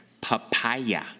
Papaya